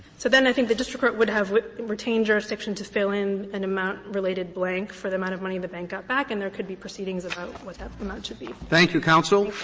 so then i think the district court would have retained jurisdiction to fill in an amount related, blank, for the amount of money the bank got back, and there could be proceedings about what that amount should be. roberts thank you, counsel.